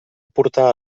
portar